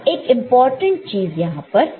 अब एक इंपॉर्टेंट चीज यहां पर